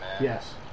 Yes